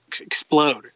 explode